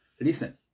listen